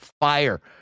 fire